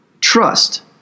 Trust